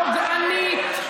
פוגענית,